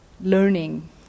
learning